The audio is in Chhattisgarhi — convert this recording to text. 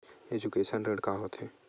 एजुकेशन ऋण का होथे?